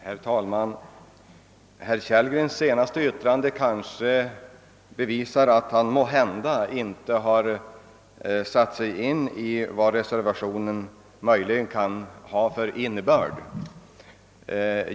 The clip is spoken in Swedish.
Herr talman! Herr Kellgrens senaste yttrande kanske bevisar att han måhända inte har satt sig in i reservationens innebörd.